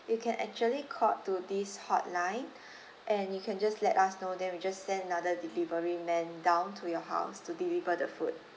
you can actually call to this hotline and you can just let us know then we just send another delivery man down to your house to deliver the food